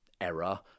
error